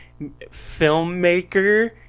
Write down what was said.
filmmaker